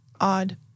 odd